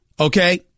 Okay